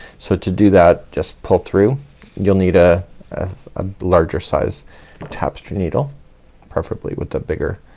so to do that just pull through you'll need a ah larger size tapestry needle preferably with the bigger